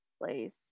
place